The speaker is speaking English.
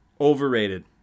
overrated